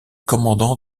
commandant